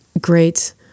Great